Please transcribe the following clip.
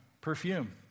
perfume